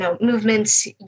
movements